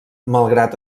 malgrat